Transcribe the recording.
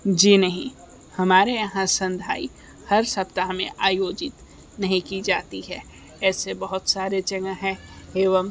जी नहीं हमारे यहाँ संधाई हर सप्ताह में आयोजित नहीं की जाती है ऐसे बहुत सारे जगह हैं एवं